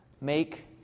Make